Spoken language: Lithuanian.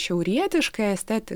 šiaurietiška esteti